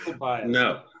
no